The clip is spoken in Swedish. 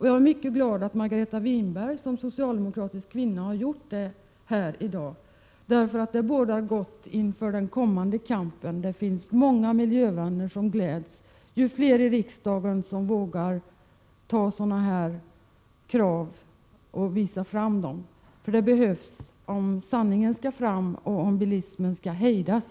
Jag är mycket glad att Margareta Winberg som socialdemokratisk kvinna har gjort det här i dag. Det bådar gott inför den kommande kampen. Miljövännerna gläder sig om allt fler ledamöter av riksdagen vågar föra fram sådana här krav. Det behövs om sanningen skall fram och om bilismen skall hejdas.